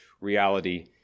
reality